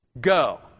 go